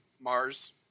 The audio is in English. Mars